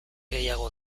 gehiago